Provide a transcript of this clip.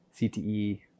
CTE